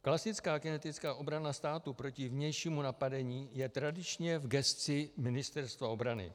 Klasická kinetická obrana státu proti vnějšímu napadení je tradičně v gesci Ministerstva obrany.